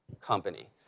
company